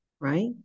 right